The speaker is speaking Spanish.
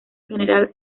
general